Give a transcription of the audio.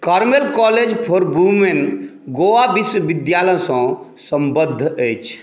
Carmel college for women Goa विश्वविद्यालयसँ संबद्ध अछि